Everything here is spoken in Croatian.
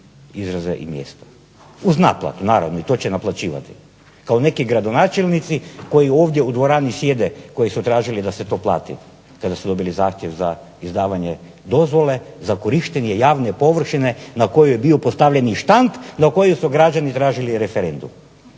izraze i mjesto, uz naplatu naravno i to će naplaćivati kao neki gradonačelnici koji ovdje u dvorani sjede, koji su tražili da se to plati kada su dobili zahtjev za izdavanje dozvole, za korištenje javne površine na kojoj je bio postavljeni štand na koji su građani tražili referendum.